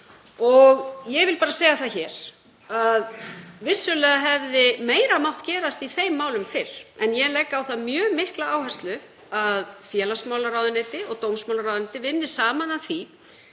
og ég vil segja það hér að vissulega hefði meira mátt gerast í þeim málum fyrr. En ég legg á það mjög mikla áherslu að félags- og vinnumarkaðsráðuneyti og dómsmálaráðuneyti vinni saman að því,